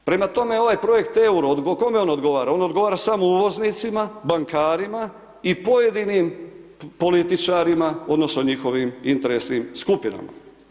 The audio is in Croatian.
Prema tome ovaj projekt euro, kome on odgovara, on odgovara samo uvoznicima, bankarima, i pojedinim političarima, odnosno, njihovim interesnim skupinama.